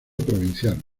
provincial